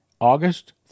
August